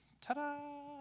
ta-da